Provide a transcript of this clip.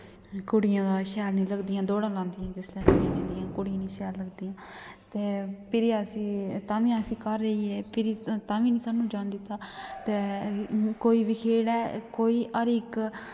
कुड़ियां शैल निं लगदियां दौड़ां लांदियां जिसलै जंदियां कुड़ियां निं शैल लगदियां ते भिरी अस तां बी अस घर जाइयै भिरी तां बी निं सानूं जान दित्ता ते कोई बी खेढ ऐ कोई हर इक